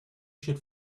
should